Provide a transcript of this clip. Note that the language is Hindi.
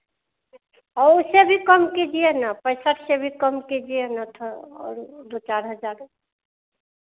औ उससे भी कम कीजिए ना पैंसठ से भी कम कीजिए ना थोड़ा और ओ दो चार हज़ार